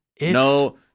No